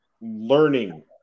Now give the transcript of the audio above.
learning